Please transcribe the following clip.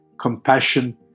compassion